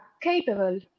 capable